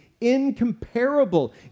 incomparable